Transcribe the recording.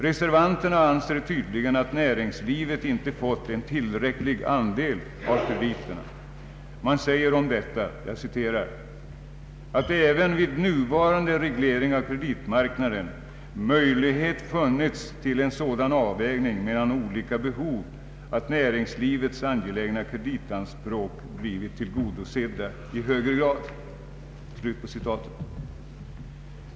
Reservanterna anser tydligen att näringslivet inte fått en tillräcklig andel av krediterna. Reservanterna säger om detta att ”även vid nuvarande reglering av kreditmarknaden möjlighet funnits till en sådan avvägning mellan olika behov att näringslivets angelägna kreditanspråk blivit tillgodosedda i högre grad”.